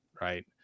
right